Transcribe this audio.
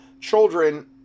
children